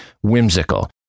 whimsical